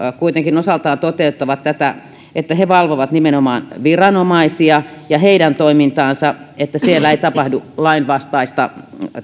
kuitenkin osaltaan toteuttavat tätä että he valvovat nimenomaan viranomaisia ja heidän toimintaansa että siellä ei tapahdu lainvastaista